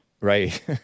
Right